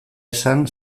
esan